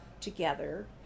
together